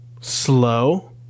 slow